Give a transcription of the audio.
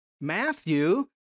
Matthew